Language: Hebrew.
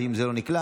האם זה לא נקלט?